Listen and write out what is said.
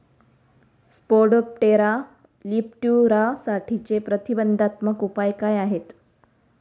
Spodoptera लिट्युरासाठीचे प्रतिबंधात्मक उपाय काय आहेत?